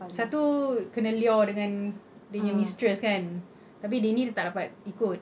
satu kena lure dengan dia punya mistress ke tapi dia ni tak dapat ikut